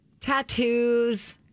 tattoos